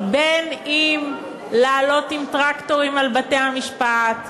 אם לעלות עם טרקטורים על בתי-המשפט,